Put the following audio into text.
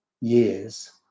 years